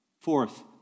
Fourth